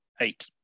eight